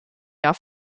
jahr